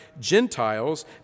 Gentiles